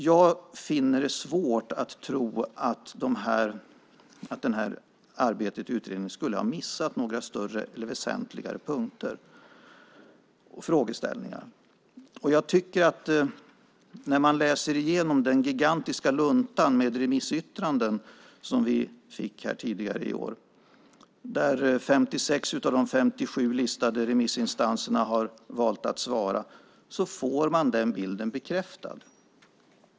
Jag finner det svårt att tro att arbetet i utredningen skulle ha missat några större eller väsentligare punkter och frågeställningar, och jag tycker att när man läser igenom den gigantiska lunta med remissyttranden som vi fick tidigare i år, där 56 av de 57 listade remissinstanserna har valt att svara, får man den bilden bekräftad.